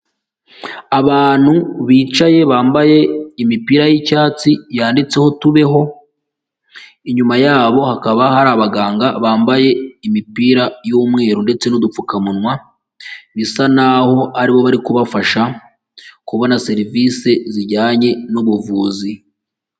Abantu bicaye bambaye imipira y'icyatsi yanditseho tubeho, inyuma yabo hakaba hari abaganga bambaye imipira y'umweru ndetse n'udupfukamunwa, bisa naho aribo bari kubafasha kubona serivisi zijyanye nuubuvuzi.